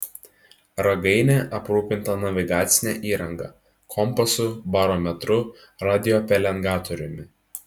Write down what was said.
ragainė aprūpinta navigacine įranga kompasu barometru radiopelengatoriumi